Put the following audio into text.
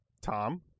Tom